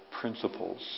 principles